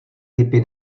typy